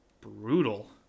brutal